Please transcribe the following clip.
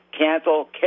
cancel